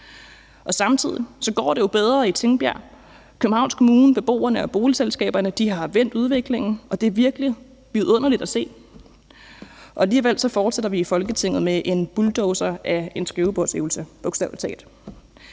Samtidig går det jo bedre i Tingbjerg. Københavns Kommune, beboerne og boligselskaberne har vendt udviklingen, og det er virkelig vidunderligt at se. Alligevel fortsætter vi i Folketinget med en bulldozer af en skrivebordsøvelse,